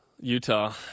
Utah